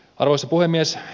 arvoisa puhemies